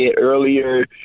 earlier